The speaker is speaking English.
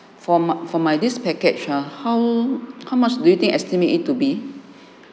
for my for my this package (huh) how how much do you think estimate it to be